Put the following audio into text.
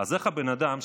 אז איך הבן אדם,